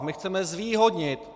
My chceme zvýhodnit.